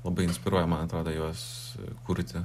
labai inspiruoja man atrodo juos kurti